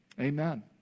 Amen